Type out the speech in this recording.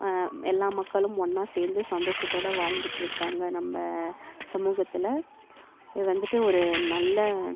எல்லா மக்களும் ஒன்றா சேர்ந்து சந்தோஷத்தோடு வாழ்ந்துட்டிருக்காங்க நம்ம சமூகத்தில் இது வந்துட்டு ஒரு நல்ல